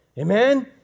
Amen